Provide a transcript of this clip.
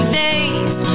days